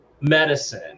medicine